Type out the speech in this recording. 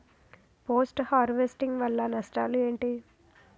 Post harvesting వల్ల నష్టాలు ఏంటి?